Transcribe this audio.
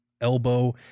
elbow